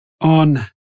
on